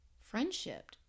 Friendship